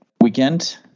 weekend